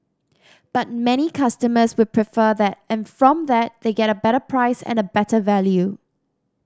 but many customers would prefer that and from that they get a better price and a better value